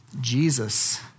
Jesus